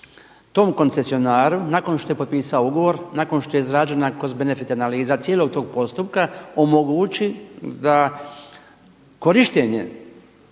tom koncesionaru nakon što je potpisao ugovor, nakon što je izrađena cost benefit analiza cijelog tog postupka omogući da korištenje